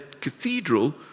cathedral